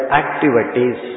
activities